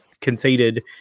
conceded